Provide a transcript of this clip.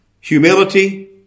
humility